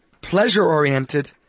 pleasure-oriented